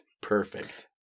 Perfect